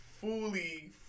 fully